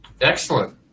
Excellent